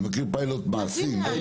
אני מכיר פיילוט מעשים.